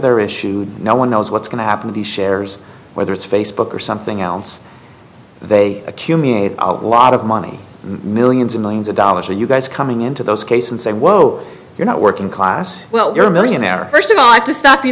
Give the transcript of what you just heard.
were issued no one knows what's going to happen the shares whether it's facebook or something else they accumulate a lot of money millions and millions of dollars are you guys coming into those case and say whoa you're not working class well you're a millionaire first of all i have to stop you